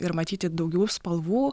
ir matyti daugiau spalvų